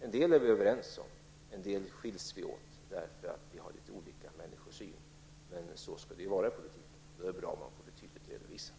En del är vi överens om, en del har vi skilda åsikter om därför att vi har litet olika människosyn, men så skall det ju vara i politiken. Det är bra om man får det tydligt redovisat.